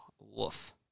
woof